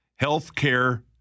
Healthcare